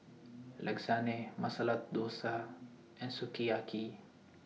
Lasagne Masala Dosa and Sukiyaki